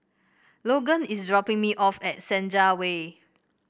Logan is dropping me off at Senja Way